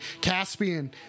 Caspian